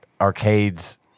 Arcade's